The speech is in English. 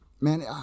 Man